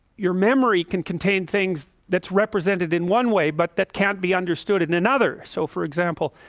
your memory can contain things that's represented in one way, but that can't be understood in another so for example,